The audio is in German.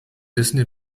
disney